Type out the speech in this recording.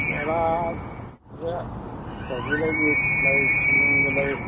ꯕꯣꯔꯥꯁꯦ ꯀꯣꯕꯤ ꯂꯩꯒꯤ ꯂꯩ ꯈꯥꯃꯦꯟꯒꯤ ꯂꯩ